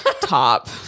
top